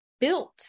built-